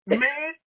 man